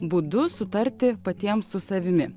būdus sutarti patiem su savimi